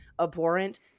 abhorrent